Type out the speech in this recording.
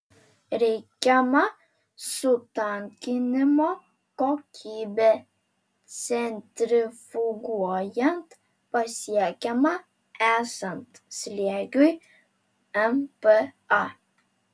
reikiama sutankinimo kokybė centrifuguojant pasiekiama esant slėgiui mpa